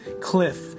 Cliff